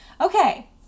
Okay